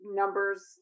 numbers